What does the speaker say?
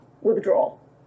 withdrawal